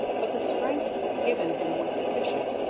but the strength given him was sufficient,